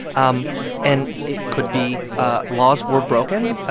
um and it could be ah laws were broken.